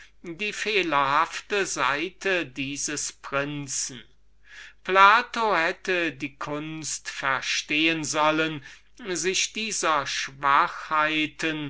die fehlerhafteste seite dieses prinzen plato hätte die kunst verstehen sollen sich dieser schwachheiten